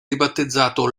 ribattezzato